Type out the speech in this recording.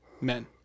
men